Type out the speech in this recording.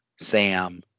Sam